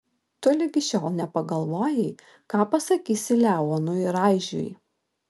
tu ligi šiol nepagalvojai ką pasakysi leonui raižiui